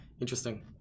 Interesting